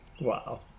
Wow